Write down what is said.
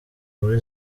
muri